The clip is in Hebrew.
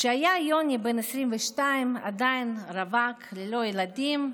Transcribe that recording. כשהיה יוני בן 22, עדיין רווק ללא ילדים,